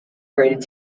graded